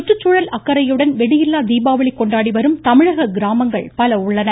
சுற்றுச்சூழல் அக்கறையுடன் வெடியில்லா தீபாவளி கொண்டாடி வரும் தமிழக கிராமங்கள் பல உள்ளன